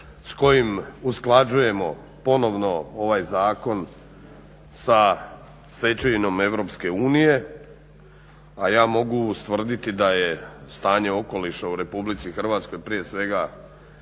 s kojim usklađujemo ponovo ovaj zakon sa stečevinom EU a ja mogu ustvrditi da je stanje okoliša u RH prije svega